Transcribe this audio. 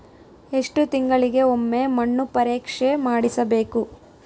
ಎಷ್ಟು ತಿಂಗಳಿಗೆ ಒಮ್ಮೆ ಮಣ್ಣು ಪರೇಕ್ಷೆ ಮಾಡಿಸಬೇಕು?